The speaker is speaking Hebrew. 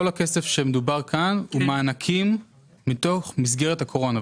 כל הכסף שמדובר כאן הוא מענקים מתוך מסגרת הקורונה,